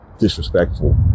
disrespectful